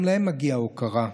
גם להם מגיעה הוקרה,